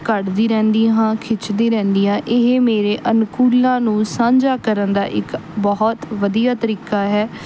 ਕੱਢਦੀ ਰਹਿੰਦੀ ਹਾਂ ਖਿੱਚਦੀ ਰਹਿੰਦੀ ਹਾਂ ਇਹ ਮੇਰੇ ਅਨੁਕੂਲਾਂ ਨੂੰ ਸਾਂਝਾ ਕਰਨ ਦਾ ਇੱਕ ਬਹੁਤ ਵਧੀਆ ਤਰੀਕਾ ਹੈ